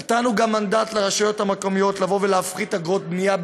נתנו גם מנדט לרשויות המקומיות לבוא ולהפחית אגרות בנייה,